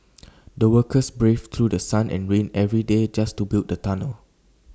the workers braved through The Sun and rain every day just to build the tunnel